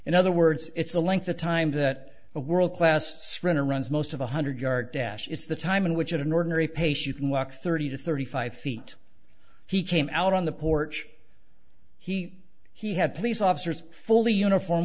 in other words it's the length of time that a world class sprinter runs most of one hundred yard dash it's the time in which an ordinary pace you can walk thirty to thirty five feet he came out on the porch he he had police officers fully uniform